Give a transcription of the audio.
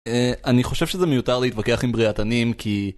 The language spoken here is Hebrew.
אה... אני חושב שזה מיותר להתווכח עם ברייתנים כי...